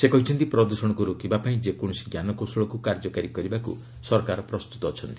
ସେ କହିଛନ୍ତି ପ୍ରଦ୍ଷଣକୁ ରୋକିବା ପାଇଁ ଯେକୌଣସି ଜ୍ଞାନକୌଶଳକୁ କାର୍ଯ୍ୟକାରି କରିବାକୁ ସରକାର ପ୍ରସ୍ତୁତ ଅଛନ୍ତି